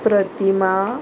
प्रतिमा